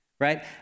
Right